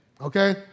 okay